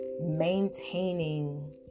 maintaining